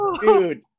dude